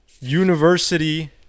university